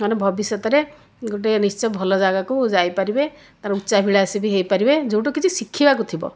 ମାନେ ଭବିଷ୍ୟତରେ ଗୋଟିଏ ନିଶ୍ଚୟ ଭଲ ଜାଗାକୁ ଯାଇପାରିବେ ତେଣୁ ଉଚ୍ଚାଭିଳାଷୀ ବି ହୋଇପାରିବେ ଯେଉଁଠୁ କିଛି ଶିଖିବାକୁ ଥିବ